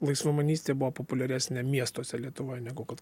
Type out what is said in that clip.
laisvamanystė buvo populiaresnė miestuose lietuvoj negu kad